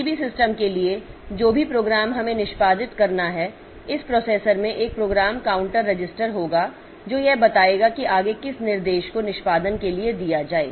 किसी भी सिस्टम के लिए जो भी प्रोग्राम हमें निष्पादित करना है इस प्रोसेसर में एक प्रोग्राम काउंटर रजिस्टर होगा जो यह बताएगा कि आगे किस निर्देश को निष्पादन के लिए दिया जाए